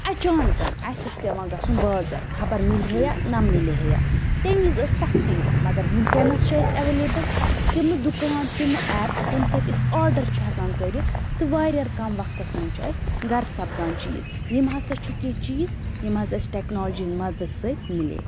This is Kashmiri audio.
اَچانکن اسہِ اوٗس پیٚوان گژھُن بازر خبر مِلہِ ہا یا نہ مِلہِ ہا یا تمہِ وِز ٲسۍ سختی یِوان مگر وُنکٮ۪ن چھِ اسہِ ایٚولیبٕل تِم دُکان تِم ایپٕس ییٚمہِ سۭتۍ أسۍ آرڈَر چھِ ہیٚکان کٔرِتھ تہٕ واریاہ کَم وَقتَس منٛز چھُ اسہِ گَھرٕ سَپدان چیٖز یِم ہَسا چھِ کیٚنٛہہ چیٖز یِم حظ اسہِ ٹیٚکنالجی ہِنٛدۍ مَدَد سۭتۍ میلۍ